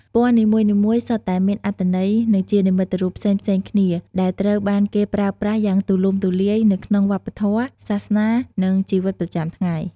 ពណ៌នីមួយៗសុទ្ធតែមានអត្ថន័យ និងជានិមិត្តរូបផ្សេងៗគ្នា ដែលត្រូវបានគេប្រើប្រាស់យ៉ាងទូលំទូលាយនៅក្នុងវប្បធម៌ សាសនា និងជីវិតប្រចាំថ្ងៃ។